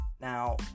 Now